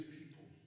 people